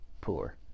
poor